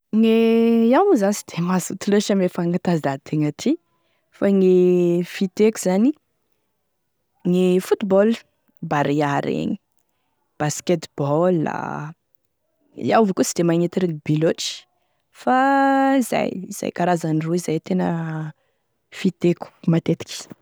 Gne iaho moa zany sy de mazoto loatry ame fanatanzahatena ty fa gne fiteko zany gne football, Barea regny, gne basket-ball, iaho avao koa sy de magnety rugby loatry fa izay izay karazany roy zay e tena fiteko matetiky.